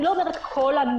אני לא אומרת: כל הנוהל.